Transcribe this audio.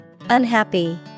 Unhappy